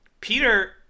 Peter